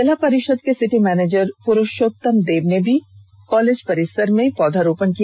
जिला परिषद के सिटी मैनेजर पुरुषोत्तम देव ने भी कॉलेज परिसर में पौधारोपण किया